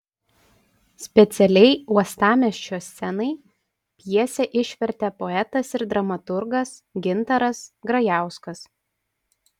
specialiai uostamiesčio scenai pjesę išvertė poetas ir dramaturgas gintaras grajauskas